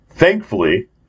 Thankfully